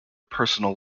personal